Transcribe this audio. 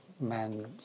man